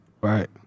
Right